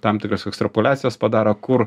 tam tikras ekstrapoliacijas padaro kur